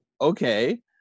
okay